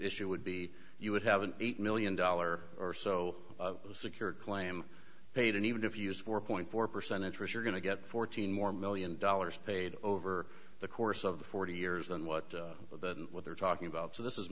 issue would be you would have an eight million dollars or so secured claim paid and even if you used four point four percent interest you're going to get fourteen more million dollars paid over the course of forty years than what the what they're talking about so this is